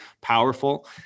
powerful